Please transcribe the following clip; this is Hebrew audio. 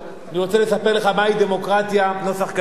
אני רוצה לספר לך מהי דמוקרטיה נוסח קדימה.